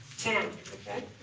ten, okay.